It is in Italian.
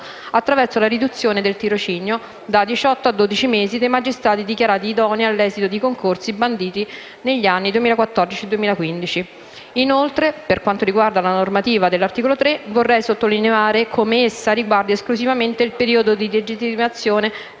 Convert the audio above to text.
attraverso la riduzione del tirocinio, da diciotto a dodici mesi, dei magistrati dichiarati idonei all'esito di concorsi banditi negli anni 2014 e 2015. Inoltre, per quanto riguarda la normativa dell'articolo 3, vorrei sottolineare come essa riguardi esclusivamente il periodo di legittimazione